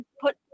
put